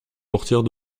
portières